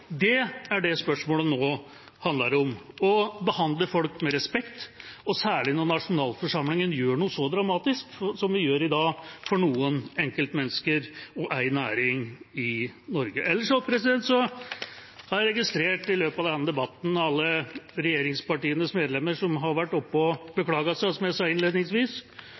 er det dette spørsmålet handler om nå – å behandle folk med respekt, særlig når nasjonalforsamlingen gjør noe så dramatisk som vi gjør i dag, for noen enkeltmennesker og en næring i Norge. Jeg har i løpet av denne debatten registrert alle regjeringspartimedlemmene som har vært oppe og beklaget seg. Som jeg sa innledningsvis